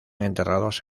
enterrados